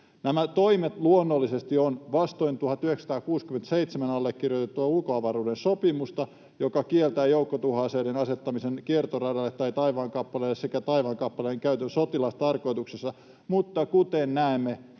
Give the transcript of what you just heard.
Nämä toimet luonnollisesti ovat vastoin 1967 allekirjoitettua ulkoavaruuden sopimusta, joka kieltää joukkotuhoaseiden asettamisen kiertoradalle tai taivaankappaleille sekä taivaankappaleen käytön sotilastarkoituksessa, mutta kuten näemme,